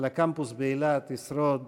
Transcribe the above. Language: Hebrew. אבל הקמפוס באילת ישרוד